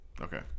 Okay